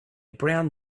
brown